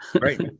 Right